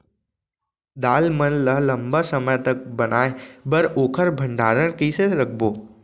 दाल मन ल लम्बा समय तक बनाये बर ओखर भण्डारण कइसे रखबो?